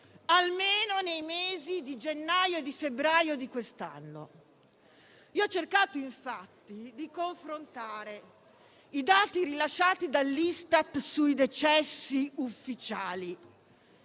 almeno nei mesi di gennaio e di febbraio di quest'anno. Ho cercato infatti di confrontare i dati rilasciati dall'Istat sui decessi ufficiali